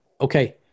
okay